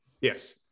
Yes